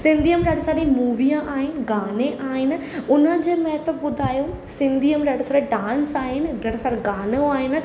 सिंधीअ में ॾाढी सारी मूवियां आहिनि गाने आहिनि उन जे महत्व ॿुधाइनि सिंधीअ में ॾाढा सारा डांस आहिनि ॾाढा सारा गानो आहिनि